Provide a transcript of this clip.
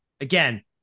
again